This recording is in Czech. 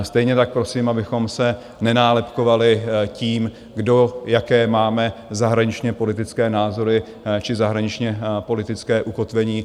Stejně tak prosím, abychom se nenálepkovali tím, kdo jaké máme zahraničněpolitické názory či zahraničněpolitické ukotvení.